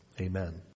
Amen